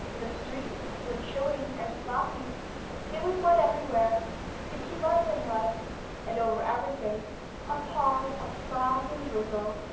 the streets were chilly and sloppy there was mud everywhere sticky london mud and over everything a pall of fog and drizzle.